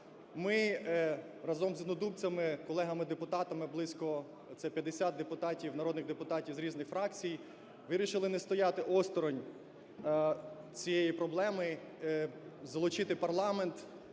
Ми разом з однодумцями, колегами депутатами, близько це 50 депутатів, народних депутатів з різних фракцій, вирішили не стояти осторонь цієї проблеми, залучити парламент,